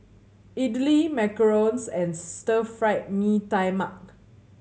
idly macarons and Stir Fried Mee Tai Mak